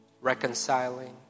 reconciling